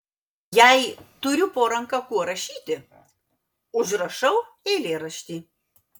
jei turiu po ranka kuo rašyti užrašau eilėraštį